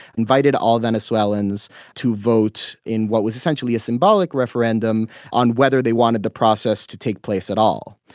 invited all venezuelans to vote in what was essentially a symbolic referendum on whether they wanted the process to take place at all.